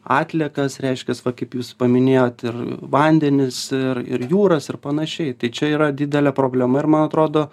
atliekas reiškias va kaip jūs paminėjot ir vandenis ir ir jūras ir panašiai tai čia yra didelė problema ir man atrodo